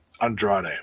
Andrade